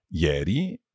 ieri